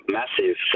massive